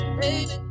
baby